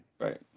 Right